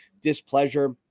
displeasure